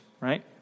right